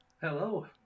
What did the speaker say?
Hello